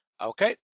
Okay